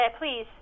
please